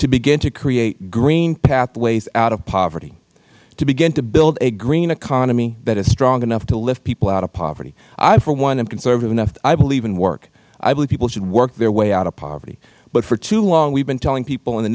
to begin to create green pathways out of poverty to begin to build a green economy that is strong enough to lift people out of poverty i for one am conservative enough i believe in work i believe people should work their way out of poverty but for too long we have been telling people in the